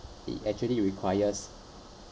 it actually requires